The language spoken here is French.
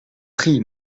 prie